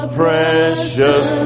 precious